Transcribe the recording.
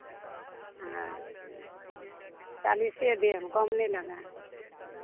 अच्छा चालीसे देब कम नहि लगायब